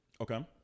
Okay